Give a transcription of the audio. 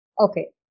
Okay